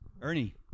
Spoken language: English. Ernie